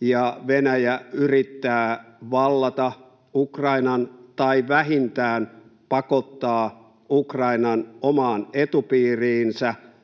ja Venäjä yrittää vallata Ukrainan tai vähintään pakottaa Ukrainan omaan etupiiriinsä